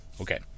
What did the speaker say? Okay